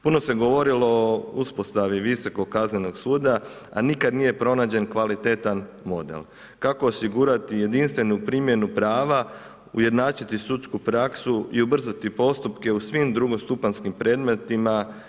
Puno se govorilo o uspostavi visokog kaznenog suda, a nikad nije pronađen kvalitetan model, kako osigurati jedinstvenu primjenu prava, ujednačiti sudsku praksu i ubrzati postupke u svim drugostupanjskim predmetima.